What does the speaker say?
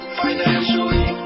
financially